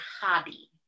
hobby